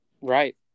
Right